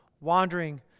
wandering